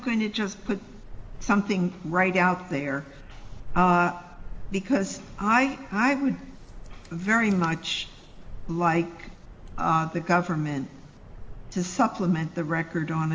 going to just put something right out there because i i would very much like the government to supplement the record on